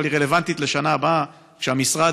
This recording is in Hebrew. אבל היא רלוונטית לשנה הבאה כשהמשרד